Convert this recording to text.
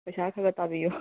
ꯄꯩꯁꯥ ꯈꯔ ꯈꯔ ꯇꯥꯕꯤꯌꯨ